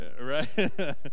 right